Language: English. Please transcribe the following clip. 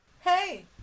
Hey